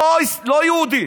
לא יהודי.